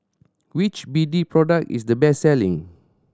which B D product is the best selling